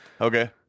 Okay